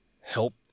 help